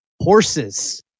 horses